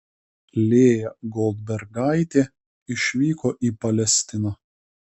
lėja goldbergaitė išvyko į palestiną